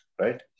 right